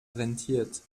rentiert